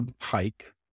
hike